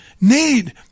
need